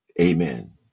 Amen